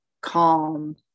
calm